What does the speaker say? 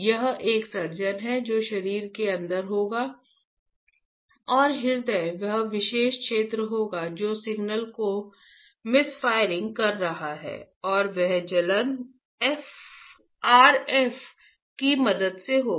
यह एक सर्जन है जो शरीर के अंदर होगा और हृदय वह विशेष क्षेत्र होगा जो सिग्नल को मिसफायरिंग कर रहा है और वह जलन RF की मदद से होगी